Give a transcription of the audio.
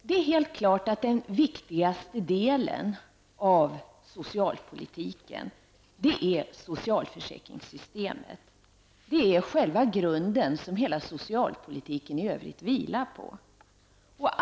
Det är helt klart att den viktigaste delen av socialpolitiken är socialförsäkringssystemet. Det är den grund som hela socialpolitiken i övrigt vilar på.